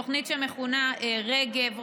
תוכנית שמכונה רג"ב,